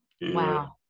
Wow